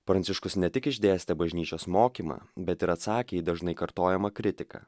pranciškus ne tik išdėstė bažnyčios mokymą bet ir atsakė į dažnai kartojamą kritiką